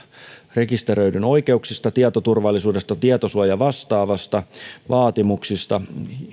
rekisteröidyn oikeuksista tietoturvallisuudesta tietosuojavastaavasta vaatimuksista